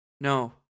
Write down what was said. No